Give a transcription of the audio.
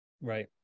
Right